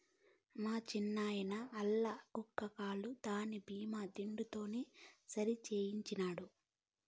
మా చిన్నాయిన ఆల్ల కుక్క కాలు దాని బీమా దుడ్డుతోనే సరిసేయించినాడు